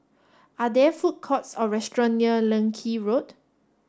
are there food courts or restaurants near Leng Kee Road